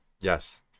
Yes